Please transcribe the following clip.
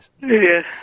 yes